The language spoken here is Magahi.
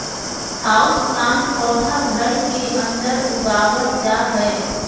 हाउसप्लांट पौधा घर के अंदर उगावल जा हय